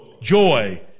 joy